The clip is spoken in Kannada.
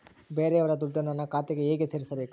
ಬೇರೆಯವರ ದುಡ್ಡನ್ನು ನನ್ನ ಖಾತೆಗೆ ಹೇಗೆ ಸೇರಿಸಬೇಕು?